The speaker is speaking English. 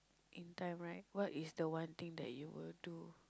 in time what is the one thing you will do